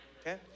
Okay